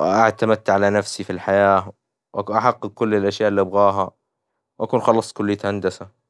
اعتمدت على نفسي في الحياة وأحقق كل الأشياء اللي أبغاها، وأكون خلصت كلية هندسة.